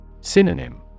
Synonym